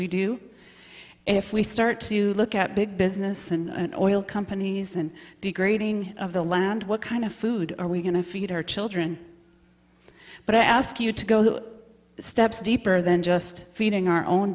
and if we start to look at big business and oil companies and degrading of the land what kind of food are we going to feed her children but i ask you to go the steps deeper than just feeding our own